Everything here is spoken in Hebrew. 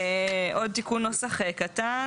עוד תיקון נוסח קטן,